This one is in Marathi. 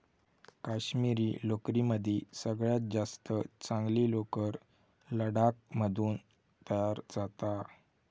काश्मिरी लोकरीमदी सगळ्यात जास्त चांगली लोकर लडाख मधून तयार जाता